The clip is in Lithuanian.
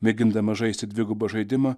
mėgindama žaisti dvigubą žaidimą